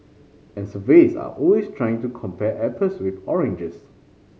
and surveys are always trying to compare apples with oranges